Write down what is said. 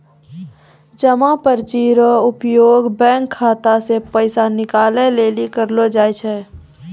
जमा पर्ची रो उपयोग बैंक खाता से पैसा निकाले लेली करलो जाय छै